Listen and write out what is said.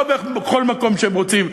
לא בכל מקום שהם רוצים,